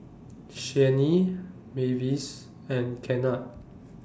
Shani Mavis and Kennard